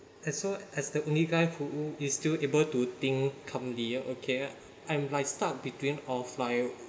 as so as the only guy who is still able to think calmly okay I'm like stuck between all player